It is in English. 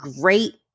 great